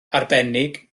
arbennig